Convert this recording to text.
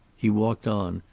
he walked on,